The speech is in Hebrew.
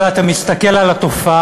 אבל אתה מסתכל על התופעה,